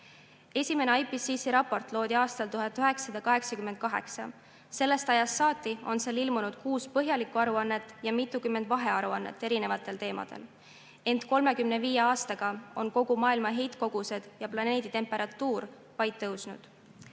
Esimene IPCC raport loodi aastal 1988, sellest ajast saati on seal ilmunud kuus põhjaliku aruannet ja mitukümmend vahearuannet erinevatel teemadel. Ent 35 aastaga on kogu maailma heitkogused ja planeedi temperatuur vaid tõusnud.